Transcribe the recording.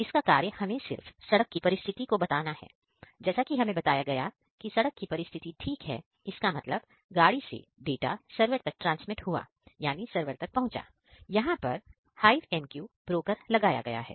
इसका कार्य हमें सिर्फ सड़क की परिस्थिति को बताना है जैसा कि हमें बताया गया की सड़क की परिस्थिति ठीक है इसका मतलब गाड़ी से डाटा सरवर तक ट्रांसमिट हुआ यानी सरवर तक पहुंचा यहां पर HiveMQ ब्रोकर लगाया गया है